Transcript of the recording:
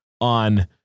on